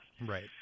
Right